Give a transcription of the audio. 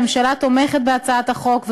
הממשלה תומכת בהצעת החוק,